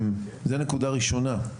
זו נקודה ראשונה.